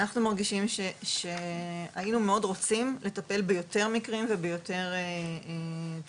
אנחנו מרגישים שהיינו מאוד רוצים לטפל ביותר מקרים וביותר תפיסות,